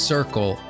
Circle